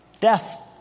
Death